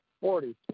Forty